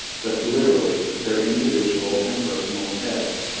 but literally their individual and personal heads,